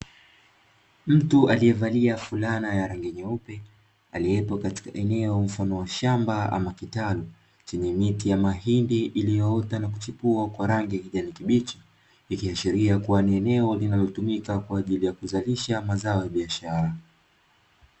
Mtu aliyevalia fulana ya rangi nyeupe, aliyepo katika eneo mfano wa shamba ama kitalu, chenye miti ya mahindi ilyoota na kuchipua kwa rangi ya kijani kibichi, ikiashiria kuwa ni eneo linalotumika kwa ajili ya kuzalisha mazao ya biashara.